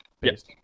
yes